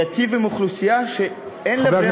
ייטיב עם אוכלוסייה שאין לה ברירה.